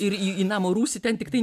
ir į namo rūsį ten tiktai